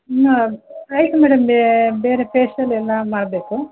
ಹಾಂ ಆಯಿತು ಮೇಡಮ್ ಬೇರೆ ಪೇಶ್ಯಲ್ ಎಲ್ಲ ಮಾಡಬೇಕು